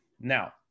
Now